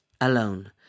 alone